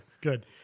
good